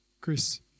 Chris